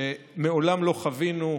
שמעולם לא חווינו,